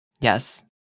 yes